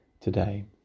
today